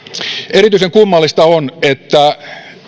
erityisen kummallista on että